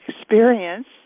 experience